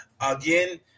Again